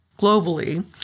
globally